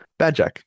Badjack